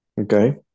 Okay